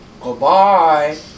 Goodbye